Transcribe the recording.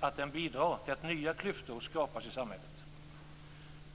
att den bidrar till att nya klyftor skapas i samhället.